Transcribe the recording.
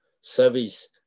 service